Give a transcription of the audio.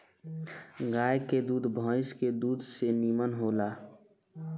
गाय के दूध भइस के दूध से निमन होला